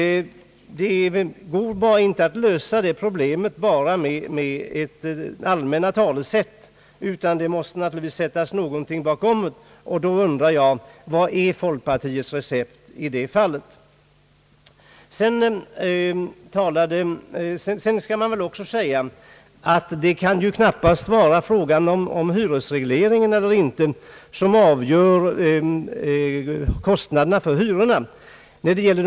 Det går inte att lösa det problemet bara med allmänna talesätt, utan det måste naturligtvis sättas någonting bakom. Då frågar jag: Vad är folkpartiets recept i detta fall? Hyresregleringens vara eller inte vara kan knappast vara avgörande för hyreskostnadernas storlek.